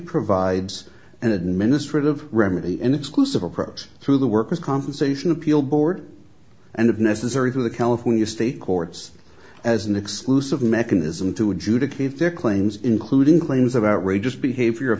provides an administrative remedy and exclusive approach through the worker's compensation appeal board and if necessary through the california state courts as an exclusive mechanism to adjudicate their claims including claims of outrageous behavior if